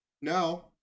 Now